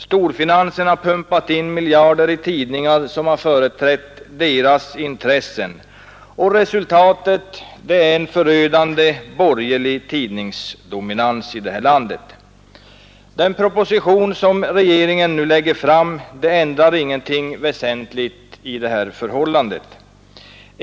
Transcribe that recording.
Storfinansen har pumpat in miljarder i tidningar som har företrätt dess intressen, och resultatet är en förödande borgerlig tidningsdominans i det här landet. Den proposition som regeringen nu lägger fram ändrar ingenting väsentligt i detta förhållande.